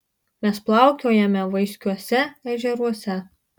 mes plaukiojame vaiskiuose ežeruose